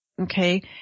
Okay